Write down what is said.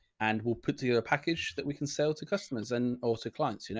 and we'll put together a package that we can sell to customers and also clients. you know.